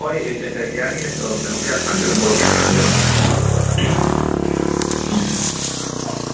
ꯑꯣꯏ ꯌꯥꯅꯤ ꯏꯅꯦ ꯀꯩꯅꯣ ꯀꯌꯥ ꯁꯥꯍꯟꯕꯤꯔꯛꯀꯅꯣ ꯃꯣꯔꯣꯛ ꯀꯌꯥ ꯁꯥꯍꯟꯕꯤꯔꯛꯀꯅꯣ